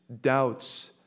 doubts